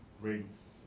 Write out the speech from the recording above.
rates